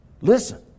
Listen